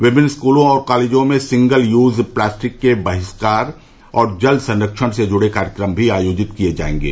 विभिन्न स्कूलों और कॉलेजों में सिंगल यूज प्लास्टिक के बहिष्कार और जल संरक्षण से जुड़े कार्यक्रम भी आयोजित किये जायेंगें